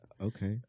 Okay